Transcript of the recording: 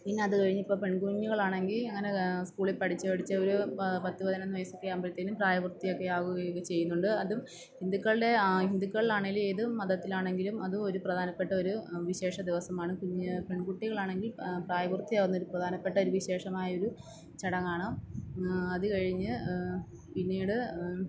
പിന്നെ അത് കഴിഞ്ഞു ഇപ്പോൾ പെണ്കുഞ്ഞുങ്ങൾ ആണെങ്കിൽ അങ്ങനെ സ്കൂളിൽ പഠിച്ചു പഠിച്ചു ഒരു പത്ത് പതിനൊന്ന് വയസ്സൊക്കെ ആവുമ്പോഴത്തേക്കും പ്രായപൂര്ത്തി ഒക്കെ ആകുക ഒക്കെ ചെയ്യുന്നുണ്ട് അതും ഹിന്ദുക്കളുടെ ഹിന്ദുക്കളിലാണെങ്കിലും ഏത് മതത്തിലാണെങ്കിലും അതും ഒരു പ്രധാനപ്പെട്ട ഒരു വിശേഷ ദിവസമാണ് കുഞ്ഞ് പെണ്കുട്ടികളാണെങ്കിൽ പ്രായപൂര്ത്തി ആകുന്ന ഒരു പ്രധാനപ്പെട്ട ഒരു വിശേഷമായ ഒരു ചടങ്ങാണ് അത് കഴിഞ്ഞു പിന്നീട്